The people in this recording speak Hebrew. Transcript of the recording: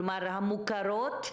כלומר, המוכרות?